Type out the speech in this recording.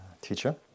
teacher